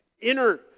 inner